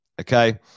okay